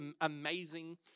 amazing